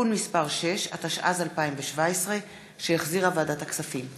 (תיקון מס' 6), התשע"ז 2017, שהחזירה ועדת הכספים.